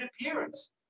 appearance